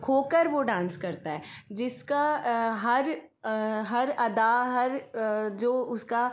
खोकर वह डांस करता है जिसका हर हर अदा हर जो उसका